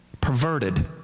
perverted